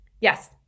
Yes